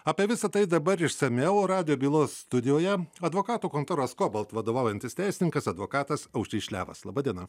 apie visa tai dabar išsamiau radijo bylos studijoje advokatų kontoros kobalt vadovaujantis teisininkas advokatas aušrys šliavas laba diena